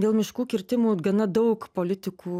dėl miškų kirtimų gana daug politikų